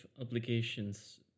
obligations